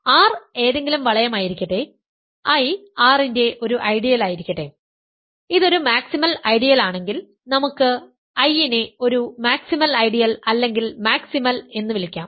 അതിനാൽ R ഏതെങ്കിലും വളയമായിരിക്കട്ടെ I R ന്റെ ഒരു ഐഡിയലായിരിക്കട്ടെ ഇതൊരു മാക്സിമൽ ഐഡിയൽ ആണെങ്കിൽ നമുക്ക് I നെ ഒരു "മാക്സിമൽ ഐഡിയൽ" അല്ലെങ്കിൽ "മാക്സിമൽ" എന്ന് വിളിക്കാം